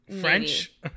French